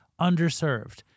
underserved